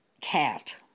cat